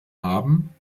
haben